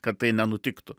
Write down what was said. kad tai nenutiktų